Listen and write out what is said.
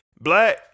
Black